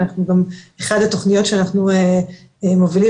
ואחת התכניות שאנחנו מובלים,